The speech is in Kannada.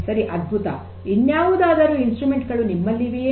ಸರಿ ಅದ್ಭುತ ಇನ್ಯಾವುದಾದರೂ ಉಪಕರಣ ಗಳು ನಿಮ್ಮಲ್ಲಿವೆಯೇ